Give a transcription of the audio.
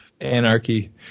anarchy